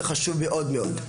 וזה חשוב מאוד מאוד,